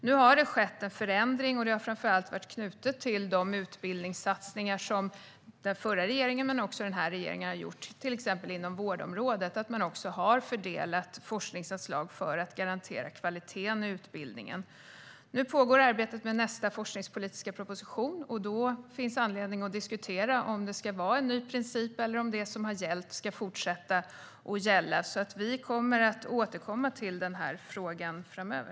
Nu har det skett en förändring så att man också har fördelat forskningsanslag för att garantera kvaliteten i utbildningen. Detta har framför allt varit knutet till de utbildningssatsningar som den förra regeringen men också den här regeringen har gjort, till exempel inom vårdområdet. Nu pågår arbetet med nästa forskningspolitiska proposition, och då finns anledning att diskutera om det ska vara en ny princip eller om det som har gällt ska fortsätta gälla. Vi kommer därför att återkomma till den här frågan framöver.